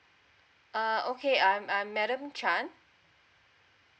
err okay I'm I'm madam chan